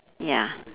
ya